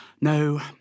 No